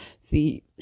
see